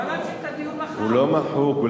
הוא לא מחוק.